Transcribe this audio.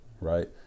right